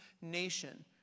nation